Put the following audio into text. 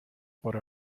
por